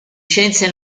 scienze